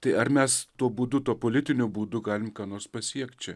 tai ar mes tuo būdu tuo politiniu būdu galim ką nors pasiekt čia